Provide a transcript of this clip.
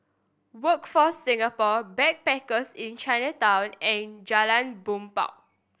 Workforce Singapore Backpackers Inn Chinatown and Jalan Bumbong